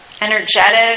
energetic